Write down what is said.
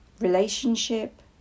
relationship